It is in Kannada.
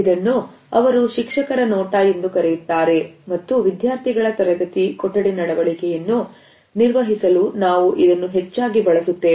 ಇದನ್ನು ಅವರು ಶಿಕ್ಷಕರ ನೋಟ ಎಂದು ಕರೆಯುತ್ತಾರೆ ಮತ್ತು ವಿದ್ಯಾರ್ಥಿಗಳ ತರಗತಿ ಕೊಠಡಿ ನಡವಳಿಕೆಯನ್ನು ನಿರ್ವಹಿಸಲು ನಾವು ಇದನ್ನು ಹೆಚ್ಚಾಗಿ ಬಳಸುತ್ತೇವೆ